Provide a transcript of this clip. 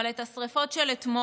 אבל את השרפות של אתמול,